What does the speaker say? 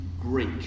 Greek